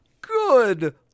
good